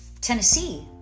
Tennessee